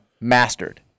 mastered